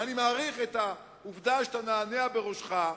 ואני מעריך את העובדה שאתה מנענע בראשך,